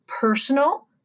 Personal